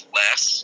less